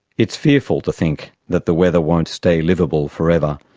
it's fearful to think that the weather won't stay liveable forever,